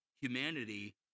humanity